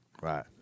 Right